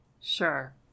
Sure